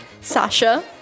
Sasha